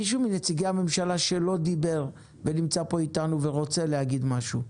מישהו מנציגי הממשלה שלא דיבר ונמצא איתנו ורוצה להגיד משהו?